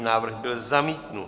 Návrh byl zamítnut.